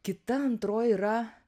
kita antroj yra